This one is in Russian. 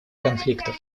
конфликтов